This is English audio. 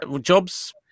jobs